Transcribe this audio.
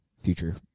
Future